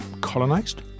colonized